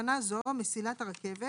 בתקנת זו, "מסילת הרכבת"